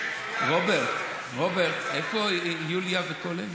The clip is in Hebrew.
רוברט, איפה יוליה וכל אלה?